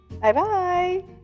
Bye-bye